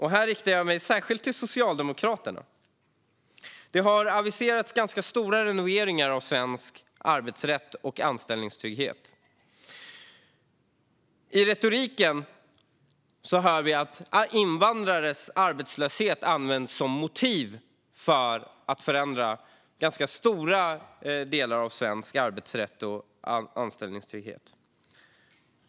Här riktar jag mig särskilt till Socialdemokraterna. Det har aviserats ganska stora renoveringar av svensk arbetsrätt och anställningstrygghet. I retoriken hör vi att invandrares arbetslöshet används som motiv för att förändra stora delar av svensk arbetsrätt och anställningstrygghet.